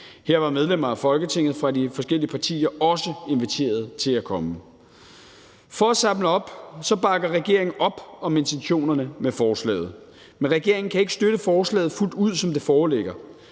Her var medlemmer af Folketinget fra de forskellige partier også inviteret til at komme. For at samle op: Regeringen bakker op om intentionerne i forslaget, men regeringen kan ikke støtte forslaget fuldt ud, som det foreligger.